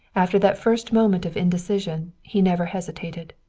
after that first moment of indecision he never hesitated.